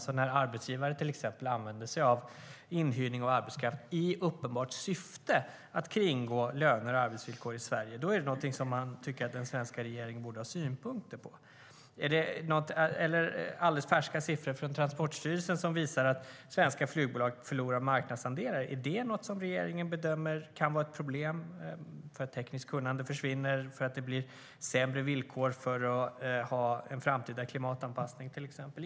En arbetsgivare som till exempel använder sig av inhyrning av arbetskraft i uppenbart syfte att kringgå löner och arbetsvillkor i Sverige är någonting som den svenska regeringen borde ha synpunkter på. Alldeles färska siffror från Transportstyrelsen visar att svenska flygbolag förlorar marknadsandelar. Är det något som regeringen bedömer kan vara ett problem eftersom tekniskt kunnande försvinner och eftersom det blir sämre villkor för en framtida klimatanpassning till exempel?